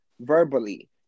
verbally